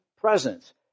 presence